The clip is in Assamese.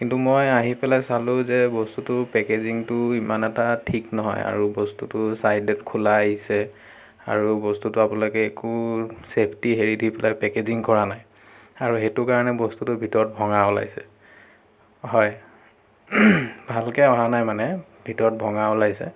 কিন্তু মই আহি পেলাই চালোঁ যে বস্তুটো পেকেজিংটো ইমান এটা ঠিক নহয় আৰু বস্তুটো চাইদত খোলা আহিছে আৰু বস্তুটো আপোনালোকে একো চেফটি হেৰি দি পেলাই পেকেজিং কৰা নাই আৰু সেইটো কাৰণে বস্তুটো ভিতৰত ভঙা ওলাইছে হয় ভালকে অহা নাই মানে ভিতৰত ভঙা ওলাইছে